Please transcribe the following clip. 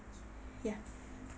ya